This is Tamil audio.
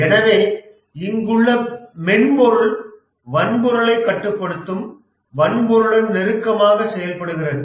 எனவே இங்குள்ள மென்பொருள் வன்பொருளைக் கட்டுப்படுத்தும் வன்பொருளுடன் நெருக்கமாக செயல்படுகிறது